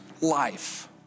life